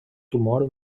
tumor